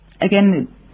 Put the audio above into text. Again